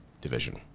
division